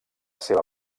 seva